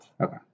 Okay